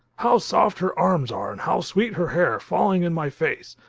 how soft her arms are and how sweet her hair, falling in my face!